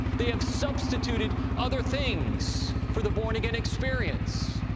they have substituted other things for the born-again experience.